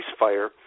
ceasefire